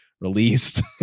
Released